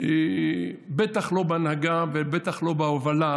בטח לא בהנהגה ובטח לא בהובלה,